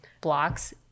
blocks